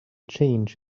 change